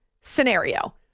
scenario